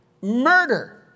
murder